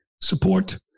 support